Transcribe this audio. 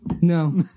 No